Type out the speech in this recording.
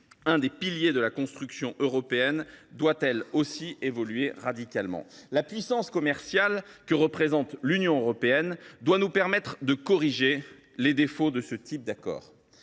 l’un des piliers de la construction européenne, doit, elle aussi, évoluer radicalement. La puissance commerciale que représente l’Union européenne doit nous permettre de corriger les défauts de ce type d’accord.